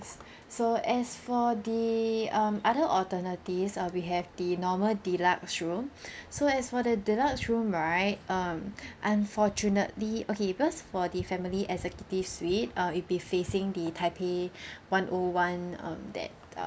so as for the um other alternatives uh we have the normal deluxe room so as for the deluxe room right um unfortunately okay because for the family executive suite uh it will be facing the taipei one O one um that uh